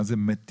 מה זה מטיגציה?